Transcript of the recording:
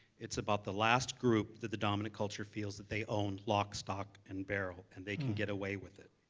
it's about the last group that the dominant culture feels that they own lock, stock, and barrel and they can get away with it.